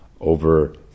over